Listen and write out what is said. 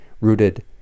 rooted